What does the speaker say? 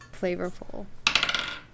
flavorful